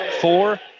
Four